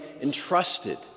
entrusted